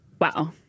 Wow